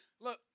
Look